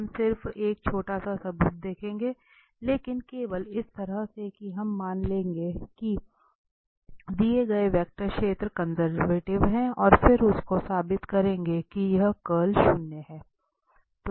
हम सिर्फ एक छोटा सा सबूत देखेंगे लेकिन केवल इस तरह से कि हम मान लेंगे कि दिए गए वेक्टर क्षेत्र कंजर्वेटिव है और फिर उसको साबित करेंगे कि यह कर्ल शून्य है